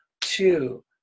two